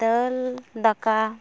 ᱫᱟᱹᱞ ᱫᱟᱠᱟ